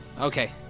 Okay